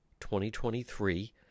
2023